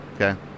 Okay